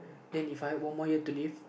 then If I had one more year to live